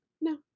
No